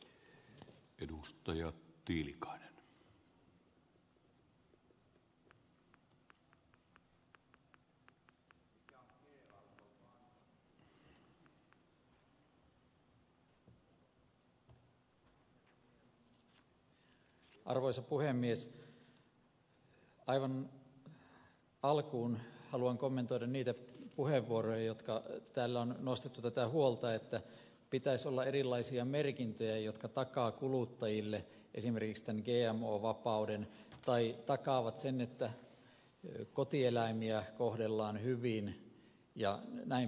aivan alkuun haluan kommentoida niitä puheenvuoroja joissa on nostettu tätä huolta että pitäisi olla erilaisia merkintöjä jotka takaavat kuluttajille esimerkiksi tämän gmo vapauden tai takaavat sen että kotieläimiä kohdellaan hyvin jnp